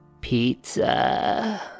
Pizza